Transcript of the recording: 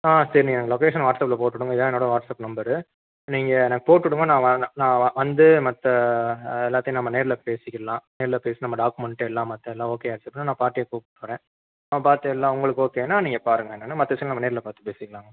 ஆ சரி நீங்கள் எனக்கு லொகேஷன் வாட்ஸ்அப்பில் போட்டு விடுங்க இதுதான் என்னோடய வாட்ஸ்அப் நம்பர் நீங்கள் எனக்கு போட்டுவிடுங்க நான் வ நான் நான் வ வந்து மற்ற எ எல்லாத்தையும் நம்ம நேரில் பேசிகிடலாம் நேரில் பேசி நம்ம டாக்குமெண்டு எல்லாம் மற்றதெல்லாம் ஓகே ஆச்சுன்னா நான் பார்ட்டியையே கூப்பிட்டு வரேன் அவங்க பார்த்து எல்லாம் அவங்களுக்கு ஓகேன்னால் நீங்கள் பாருங்க என்னென்னு மற்ற விஷயங்கள் என்னென்னு நம்ம நேரில் பார்த்து பேசிக்கலாம்ங்க